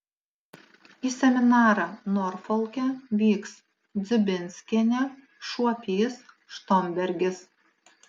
į seminarą norfolke vyks dziubinskienė šuopys štombergis